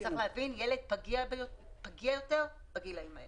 צריך להבין שילד פגיע יותר בגילים האלה.